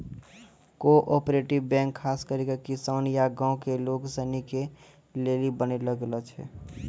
cooperative bank खास करी के किसान या गांव के लोग सनी के लेली बनैलो गेलो छै